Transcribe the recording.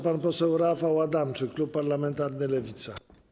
Pan poseł Rafał Adamczyk, klub parlamentarny Lewica.